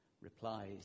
replies